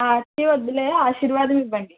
ఆచి వద్దులే ఆశీర్వాదం ఇవ్వండి